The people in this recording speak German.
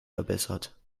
verbessert